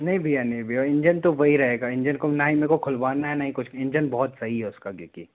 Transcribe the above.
नहीं भइया नहीं भइया इंजन तो वही रहेगा इंजन को नहीं मुझे खुलवाना है नहीं कुछ इंजन बहुत सही है उसका गाड़ी की